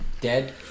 Dead